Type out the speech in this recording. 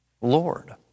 Lord